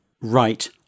right